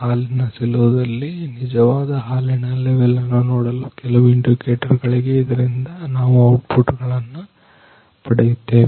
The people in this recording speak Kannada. ಹಾಲಿನ ಸಿಲೋ ದಲ್ಲಿ ನಿಜವಾದ ಹಾಲಿನ ಲೆವೆಲ್ ಅನ್ನು ನೋಡಲು ಕೆಲವು ಇಂಡಿಕೇಟರ್ ಗಳಿಗೆ ಇದರಿಂದ ನಾವು ಔಟ್ ಪುಟ್ ಗಳನ್ನು ಪಡೆಯುತ್ತೇವೆ